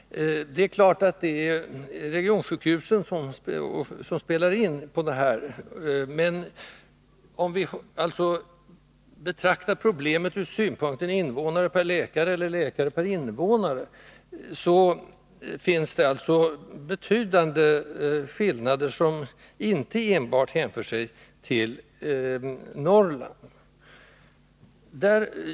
Det är regionsjukhusen som spelar in. Om vi alltså betraktar problemet ur synpunkten invånare per läkare, eller läkare per invånare, finns det således betydande skillnader, som inte enbart hänför sig till Norrland.